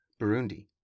Burundi